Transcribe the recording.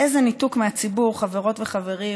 איזה ניתוק מהציבור, חברות וחברים,